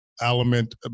element